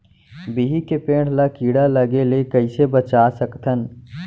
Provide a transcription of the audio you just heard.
बिही के पेड़ ला कीड़ा लगे ले कइसे बचा सकथन?